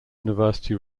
university